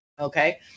okay